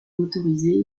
motorisé